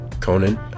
Conan